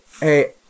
Hey